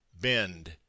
bend